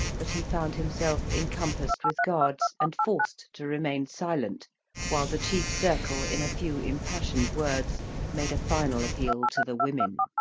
but he found himself encompassed with guards and forced to remain silent while the chief circle in a few impassioned words made a final appeal to the women,